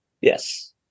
Yes